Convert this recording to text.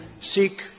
seek